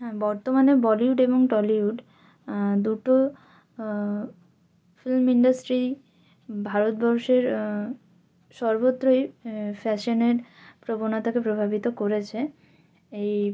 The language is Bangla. হ্যাঁ বর্তমানে বলিউড এবং টলিউড দুটো ফিল্ম ইন্ডাস্ট্রিই ভারতবর্ষের সর্বত্রই ফ্যাশনের প্রবণতাকে প্রভাবিত করেছে এই